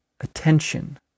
attention